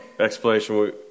Explanation